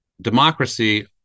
democracy